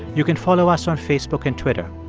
you can follow us on facebook and twitter.